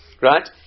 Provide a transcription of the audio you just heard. right